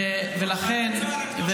את מי אתה מאשים, את הצבא או את החמאס?